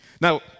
Now